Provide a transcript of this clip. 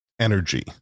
energy